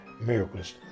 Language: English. miracles